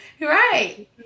Right